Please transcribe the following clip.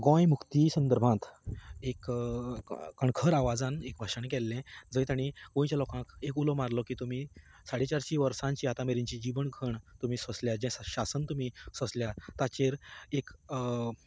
गोंय मुक्ती संदर्भांत एक खणखर आवाजांत एक भाशण केल्लें जंय तांणी गोंयच्या लोकांक एक उलो मारलो की तुमी साडे चारशीं वर्सांची आतां मेरेनची जी बंदखण तुमी सोंसल्या जें सा शासन तुमी सोंसल्या ताचेर एक